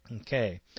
Okay